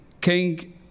King